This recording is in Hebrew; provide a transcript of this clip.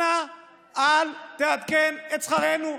אנא, אל תעדכן את שכרנו,